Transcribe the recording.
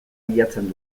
bilatzen